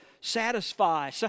satisfy